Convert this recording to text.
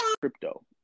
Crypto